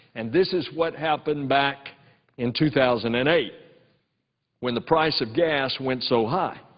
and this is what happened back in two thousand and eight when the price of gas went so high.